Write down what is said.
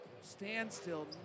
standstill